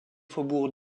faubourgs